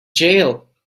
jail